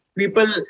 people